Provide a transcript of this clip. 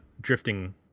drifting